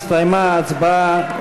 הסתיימה ההצבעה.